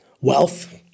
wealth